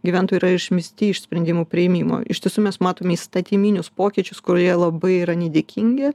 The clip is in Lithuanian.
gyventojai yra išmesti iš sprendimų priėmimo iš tiesų mes matome įstatyminius pokyčius kurie labai yra nedėkingi